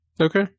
Okay